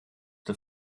the